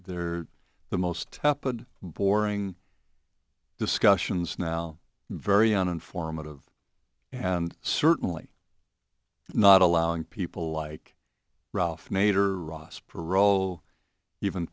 they're the most rapid boring discussions now very on informative and certainly not allowing people like ralph nader ross perot even